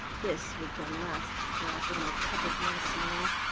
this was the last drop in the cup of my sorrow.